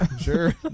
Sure